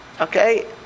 Okay